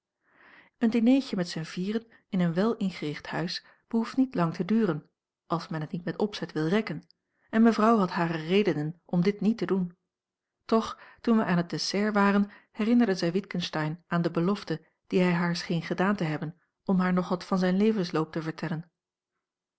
een dineetje met zijn vieren in een welingericht huis behoeft niet lang te duren als men het niet met opzet wil rekken en mevrouw had hare redenen om dit niet te doen toch toen wij aan het dessert waren herinnerde zij witgensteyn aan de belofte die hij haar scheen gedaan te hebben om haar nog wat van zijn levensloop te vertellen